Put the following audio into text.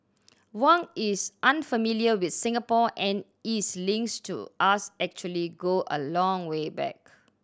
Wang is an unfamiliar with Singapore and his links to us actually go a long way back